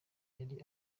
yari